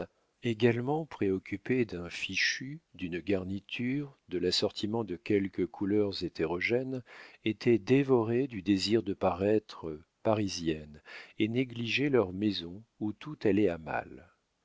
également préoccupées d'un fichu d'une garniture de l'assortiment de quelques couleurs hétérogènes étaient dévorées du désir de paraître parisiennes et négligeaient leur maison où tout allait à mal